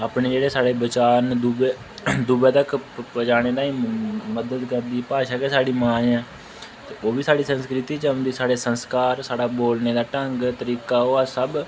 अपने जेह्ड़े साढ़े विचार न दुए तक पजाने ताईं मदद करदी भाशा गै स्हाड़ी मां ऐ ते ओह् बी स्हाड़ी संस्कृति च औंदी साढ़े संस्कार स्हाड़ा बोलने दा ढंग तरीका ओह् अस सब